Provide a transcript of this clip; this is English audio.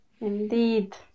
Indeed